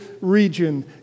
region